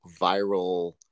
viral